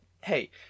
Hey